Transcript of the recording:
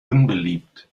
unbeliebt